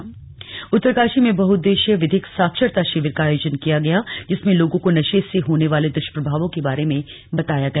slug विधिक शिविर उत्तरकाशी उत्तरकाशी में बहुउद्देश्यीय विधिक साक्षरता शिविर का आयोजन किया गया जिसमें लोगों को नशे से होने वाले दुष्प्रभावों के बारे में बताया गया